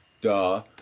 duh